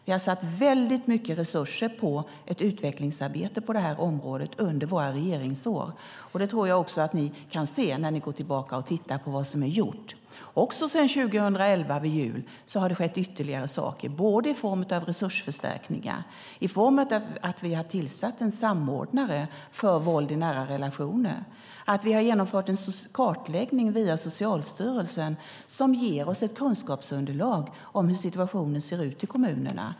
Vi har avsatt väldigt mycket resurser på ett utvecklingsarbete på det här området under våra regeringsår, och det tror jag också att ni kan se när ni går tillbaka och tittar på vad som är gjort. Sedan julen 2011 har det skett ytterligare saker i form av resursförstärkningar, att vi har tillsatt en samordnare för våld i nära relationer och att vi har genomfört en kartläggning genom Socialstyrelsen, som ger oss ett kunskapsunderlag om hur situationen ser ut i kommunerna.